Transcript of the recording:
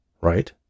Right